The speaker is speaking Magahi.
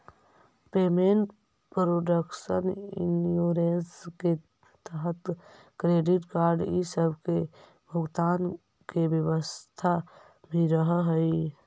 पेमेंट प्रोटक्शन इंश्योरेंस के तहत क्रेडिट कार्ड इ सब के भुगतान के व्यवस्था भी रहऽ हई